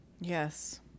yes